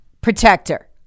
Protector